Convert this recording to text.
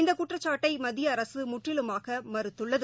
இந்தகுற்றச்சாட்டைமத்திய அரசுமுற்றிலுமாகமறுத்துள்ளது